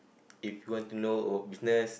if you want to know about business